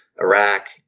iraq